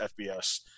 FBS